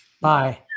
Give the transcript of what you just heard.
Bye